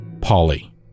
Polly